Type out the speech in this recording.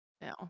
No